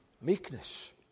Meekness